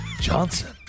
Johnson